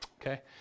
Okay